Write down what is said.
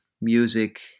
music